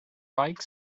reich